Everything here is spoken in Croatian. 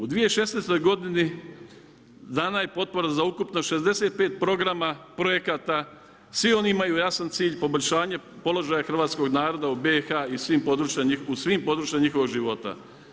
U 2016. godini dana je potpora za ukupno 65 programa projekata, svi oni imaju jasan cilj, poboljšanje položaja hrvatskog naroda u BiH i u svim područjima njihovog života.